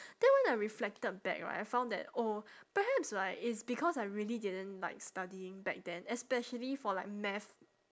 then when I reflected back right I found that oh perhaps like it's because I really didn't like studying back then especially for like math